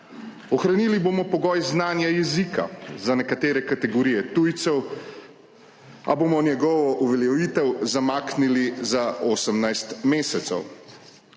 Ohranili bomo pogoj znanja jezika za nekatere kategorije tujcev, a bomo njegovo uveljavitev zamaknili za 18 mesecev.